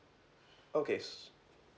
okay